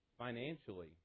Financially